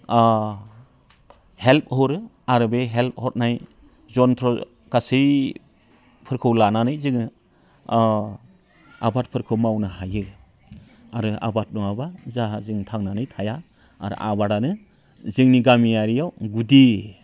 help हरो आरो बे हेल्प हरनाय जन्त्र' गासैफोरखौ लानानै जोङो आबादफोरखौ मावनो हायो आरो आबाद मावाब्ला जाहा जों थांनानै थाया आरो आबादानो जोंनि गामियारियाव गुदि